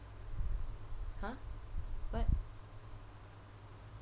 !huh! what